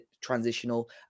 transitional